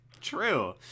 true